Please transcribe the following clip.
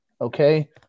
Okay